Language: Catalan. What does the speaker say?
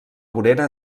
vorera